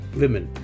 women